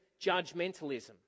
judgmentalism